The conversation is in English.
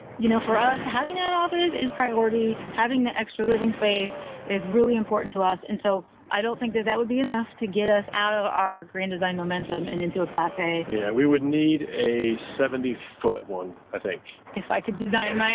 you know, for us having that office is priority. having the extra living space is really important to us. and so i don't think that that would be enough to get us out of our grand design momentum and into a class a. yeah, we would need a seventy foot one, i think. if i could design my